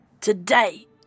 Today